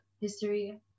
history